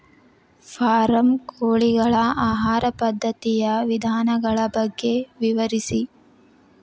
form ಕೋಳಿಗಳ ಆಹಾರ ಪದ್ಧತಿಯ ವಿಧಾನಗಳ ಬಗ್ಗೆ ವಿವರಿಸಿ